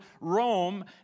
Rome